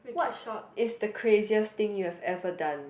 what is the craziest thing you've ever done